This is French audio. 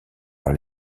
par